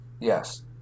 Yes